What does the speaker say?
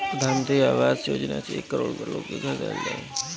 प्रधान मंत्री आवास योजना से एक करोड़ लोग के घर देहल जाई